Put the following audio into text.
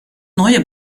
neue